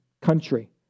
country